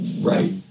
Right